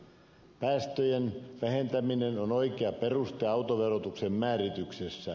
päästöjen vähentäminen on oikea perusta autoverotuksen määrityksessä